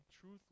truth